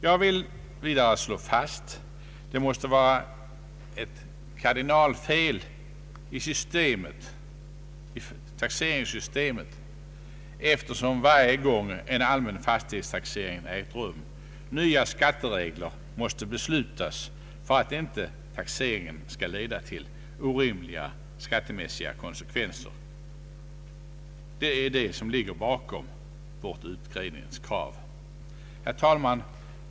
Jag vill vidare slå fast att det måste vara ett kardinalfel i taxeringssystemet, eftersom varje gång en allmän fastighetstaxering ägt rum nya skatteregler måste beslutas för att inte taxeringen skall leda till orimliga skattemässiga konsekvenser. Det är detta som ligger bakom vårt utredningskrav. Herr talman!